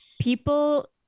people